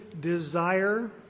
desire